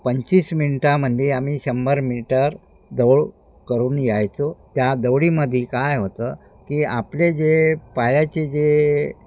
पंचवीस मिनटामध्ये आम्ही शंभर मिटर दौड करून यायचो त्या दौडीमध्ये काय होतं की आपले जे पायाचे जे